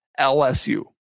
LSU